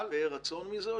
אתם שבעי רצון מזה?